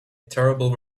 terrible